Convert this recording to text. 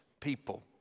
people